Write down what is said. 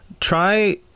try